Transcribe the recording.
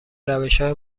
روشهای